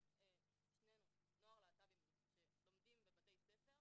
שנינו, נוער להט"בי שלומדים בבתי ספר,